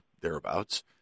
thereabouts